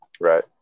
Right